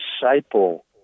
disciple